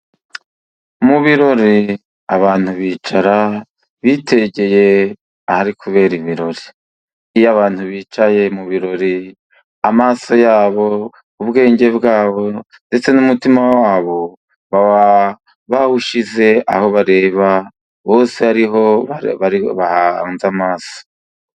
Mu birori abantu bicara bitegeye ahari kubera ibirori. Iyo abantu bicaye mu birori, amaso yabo, ubwenge bwabo, ndetse n'umutima wabo, baba bawushyize aho bareba bose, ariho bahanze amaso.